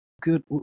good